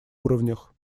уровнях